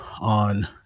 on